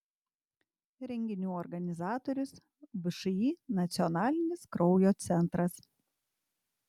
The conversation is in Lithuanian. renginių organizatorius všį nacionalinis kraujo centras